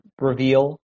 reveal